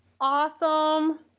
Awesome